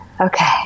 Okay